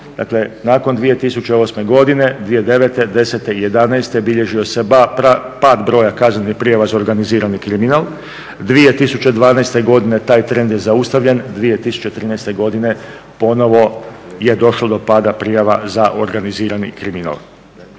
nakon 2008. godine, 2009., 2010. i 2011. bilježio se pad broj kaznenih prijava za organizirani kriminal. 2012. godine taj trend je zaustavljen, 2013. godine ponovno je došlo do pada prijava za organizirani kriminal.